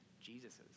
Jesus's